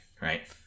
right